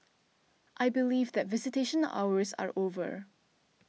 I believe that visitation hours are over